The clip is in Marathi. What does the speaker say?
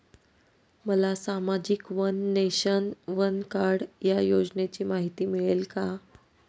मला सामाजिक वन नेशन, वन कार्ड या योजनेची माहिती मिळेल का?